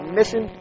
mission